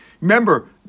Remember